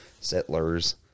Settlers